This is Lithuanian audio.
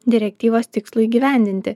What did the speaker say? direktyvos tikslo įgyvendinti